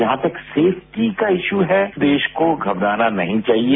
जहां तक सेफ्टी का इश्यू है देश को घबराना नहीं चाहिए